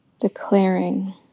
declaring